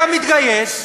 היה מתגייס,